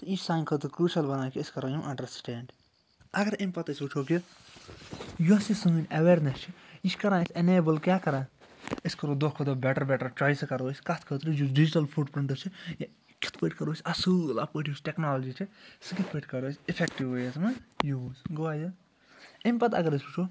یہِ چھِ سانہِ خٲطرٕ کرٛوٗشَل بنان کہِ أسۍ کرو یِم انڈرسٕٹینٛڈ اگر اَمہِ پَتہٕ أسۍ وٕچھو کہِ یۄس یہِ سٲنۍ اٮ۪ویرنٮ۪س چھِ یہِ چھِ کران اَسہِ ایٚنیبٕل کیٛاہ کران أسۍ کرو دۄہ کھۄ دۄہ بیٚٹر بیٚٹر چایسہٕ کرو أسۍ کتھ خٲطرٕ یُس ڈِجٹَل فُٹ پِرٛنٹٕس چھِ کِتھ پٲٹھۍ کرو أسۍ اصٕل اَتھ پٮ۪ٹھ یُس ٹیٚکنالجی چھِ سُہ کِتھ پٲٹھۍ کَرو أسۍ اِفیٚکٹِو وے یَس مَنٛز یوٗز گوٚو امہ پَتہٕ اگر أسۍ وٕچھو